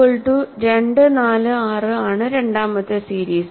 N equal to 2 4 6 ആണ് രണ്ടാമത്തെ series